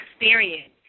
experience